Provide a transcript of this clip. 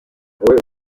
wowe